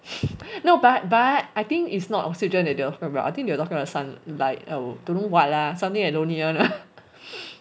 no but but I think is not oxygen that they were referring about I think they were talking about sunlight or don't know what lah something they don't need [one] lah